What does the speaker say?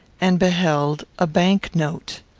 and beheld a bank-note!